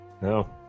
No